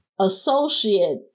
associate